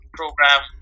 program